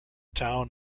town